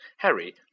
Harry